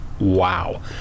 Wow